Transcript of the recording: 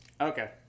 Okay